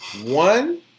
One